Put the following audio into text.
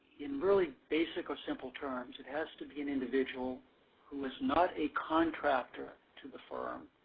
in really basic or simple terms, it has to be an individual who is not a contractor to the firm,